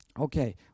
Okay